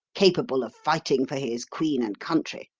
capable of fighting for his queen and country.